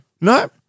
No